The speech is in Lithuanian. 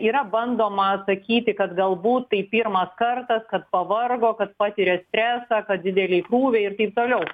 yra bandoma sakyti kad galbūt tai pirmas kartas kad pavargo kad patiria stresą kad dideli krūviai ir taip toliau